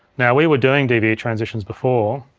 now, we were doing dve transitions before,